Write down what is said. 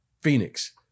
Phoenix